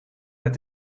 met